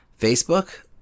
Facebook